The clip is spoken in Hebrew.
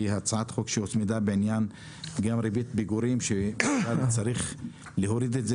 הצעת חוק שהוצמדה גם בעניין ריבית פיגורים שצריך להוריד את זה,